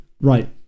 Right